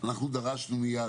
אנחנו דרשנו מיד,